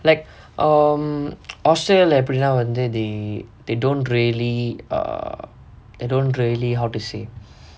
like um australia lah எப்புடின்டா வந்து:eppudindaa vanthu they they they don't really err they don't really how to say